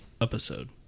Episode